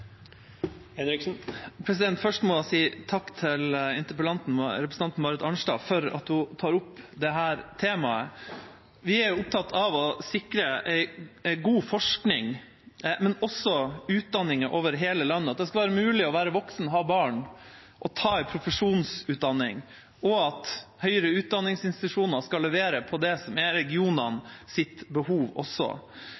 Først må jeg si takk til interpellanten, representanten Marit Arnstad, for at hun tar opp dette temaet. Vi er opptatt av å sikre god forskning, men også utdanninger over hele landet, at det skal være mulig å være voksen, ha barn og ta en profesjonsutdanning, og at høyere utdanningsinstitusjoner også skal levere på det som er